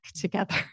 together